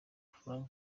frank